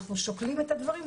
אנחנו שוקלים את הדברים,